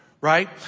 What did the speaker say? Right